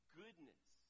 goodness